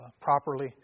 properly